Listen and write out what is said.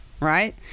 Right